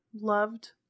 loved